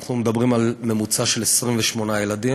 אנחנו מדברים על ממוצע של 28 ילדים,